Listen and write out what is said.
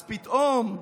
אז פתאום,